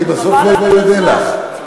אני בסוף לא אודה לך.